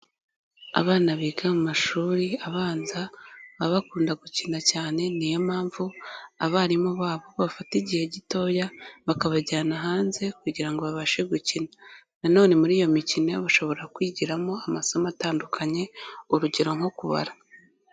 Abana biga mu mashuri abanza baba bakunda gukina cyane, niyo mpamvu abarimu babo bafata igihe gitoya bakabajyana hanze kugira ngo babashe gukina, nanone muri iyo mikino bashobora kwigiramo amasomo atandukanye, urugero nko kubara.